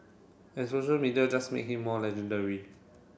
and social media just make him more legendary